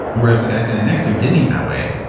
whereas the guy standing next to you didn't eat that way.